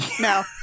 no